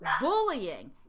bullying